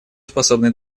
способны